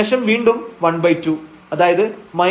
ശേഷം വീണ്ടും 12 അതായത് ¼2